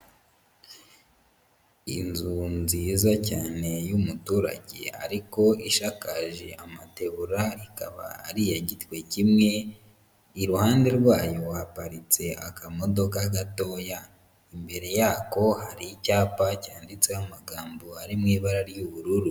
Inzu nziza cyane y'umuturage ariko ishakakaje amategura ikaba ari iya gitwe kimwe, iruhande rwayo haparitse akamodoka gatoya, imbere yako hari icyapa cyanditseho amagambo ari mu ibara ry'ubururu.